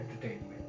entertainment